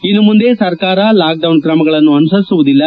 ಇನ್ನು ಮುಂದೆ ಸರ್ಕಾರ ಲಾಕ್ಡೌನ್ ಕ್ರಮಗಳನ್ನು ಅನುಸರಿಸುವುದಿಲ್ಲ